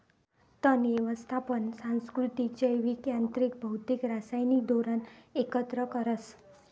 तण यवस्थापन सांस्कृतिक, जैविक, यांत्रिक, भौतिक, रासायनिक धोरण एकत्र करस